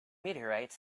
meteorites